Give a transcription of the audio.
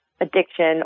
addiction